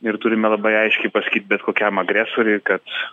ir turime labai aiškiai pasakyti bet kokiam agresoriui kad